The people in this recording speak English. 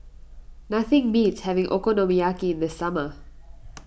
nothing beats having Okonomiyaki in the summer